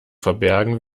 verbergen